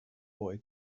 boy